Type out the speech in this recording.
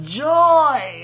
joy